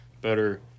better